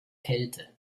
kälte